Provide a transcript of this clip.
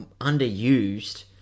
underused